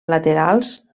laterals